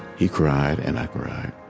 he cried, and i cried